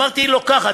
אמרתי: היא לוקחת,